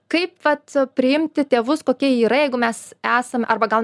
kaip vat priimti tėvus kokie jie yra jeigu mes esam arba gal